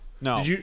No